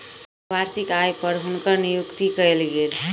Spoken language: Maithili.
वार्षिक आय पर हुनकर नियुक्ति कयल गेल